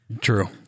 True